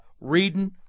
reading